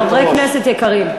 חברי כנסת יקרים.